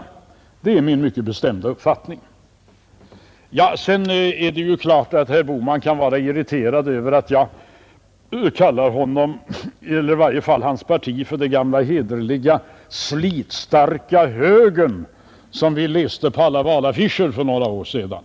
Det är min mycket bestämda uppfattning. Det är klart att herr Bohman kan vara irriterad över att jag kallar honom =— eller i varje fall hans parti — för ”den gamla hederliga slitstarka högern”, som vi läste på alla valaffischer för några år sedan.